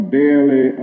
daily